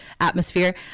atmosphere